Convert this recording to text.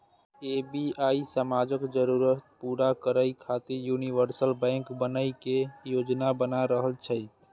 SBI समाजक जरूरत पूरा करै खातिर यूनिवर्सल बैंक बनै के योजना बना रहल छै